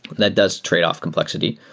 that does tradeoff complexity.